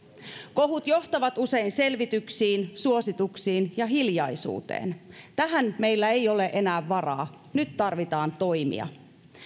kohut johtavat usein selvityksiin suosituksiin ja hiljaisuuteen tähän meillä ei ole enää varaa nyt tarvitaan toimia